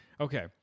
Okay